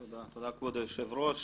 תודה כבוד היושב-ראש.